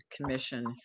commission